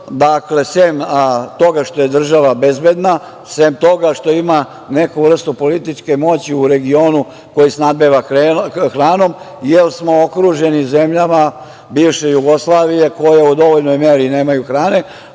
Dakle, sem toga što je država bezbedna, sem toga što ima neku vrstu političke moći u regionu koji snabdeva hranom, jer smo okruženi zemljama bivše Jugoslavije koja u dovoljnoj meri nemaju hrane,